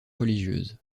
religieuses